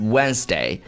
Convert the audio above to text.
Wednesday